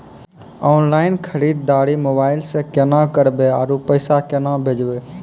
Online खरीददारी mobile से केना करबै, आरु पैसा केना भेजबै?